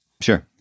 Sure